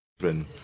children